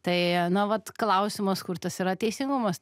tai na vat klausimas kur tas yra teisingumas